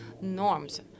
norms